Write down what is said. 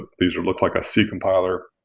but these will look like a c compiler.